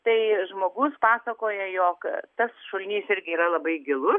tai žmogus pasakoja jog tas šulinys irgi yra labai gilus